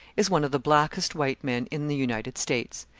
is one of the blackest white men in the united states.